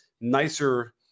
nicer